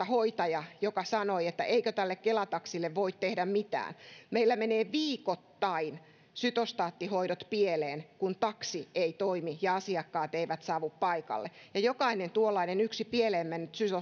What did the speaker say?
hoitaja joka sanoi että eikö tälle kela taksille voi tehdä mitään meillä menee viikoittain sytostaattihoidot pieleen kun taksi ei toimi ja asiakkaat eivät saavu paikalle jokainen tuollainen yksi pieleen mennyt